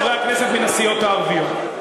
לחברי הכנסת מן הסיעות הערביות.